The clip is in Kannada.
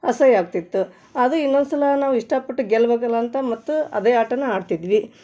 ಅಸಹ್ಯ ಆಗ್ತಿತ್ತು ಅದು ಇನ್ನೊಂದು ಸಲ ನಾವು ಇಷ್ಟಪಟ್ಟು ಗೆಲ್ಬೇಕಲ್ಲ ಅಂತ ಮತ್ತೂ ಅದೇ ಆಟನೇ ಆಡ್ತಿದ್ವಿ